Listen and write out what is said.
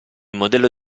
modello